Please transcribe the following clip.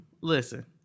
Listen